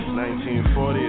1940